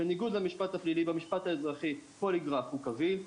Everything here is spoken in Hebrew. בניגוד למשפט הפלילי, במשפט האזרחי פוליגרף קביל.